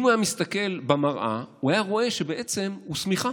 אם הוא היה מסתכל במראה הוא היה רואה שבעצם הוא שמיכה.